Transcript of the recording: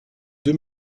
deux